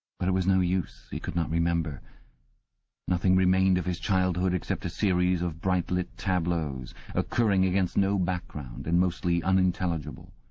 but it was no use, he could not remember nothing remained of his childhood except a series of bright-lit tableaux occurring against no background and mostly unintelligible.